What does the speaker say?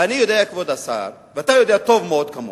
ואני יודע, כבוד השר, ואתה יודע טוב מאוד, כמוני,